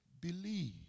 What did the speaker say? believe